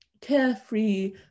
carefree